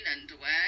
underwear